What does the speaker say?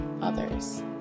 others